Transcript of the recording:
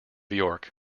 york